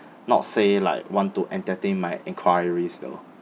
not say like want to entertain my enquiries though